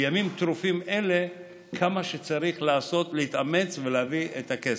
בימים טרופים אלה, צריך להתאמץ ולהביא את הכסף.